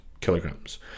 kilograms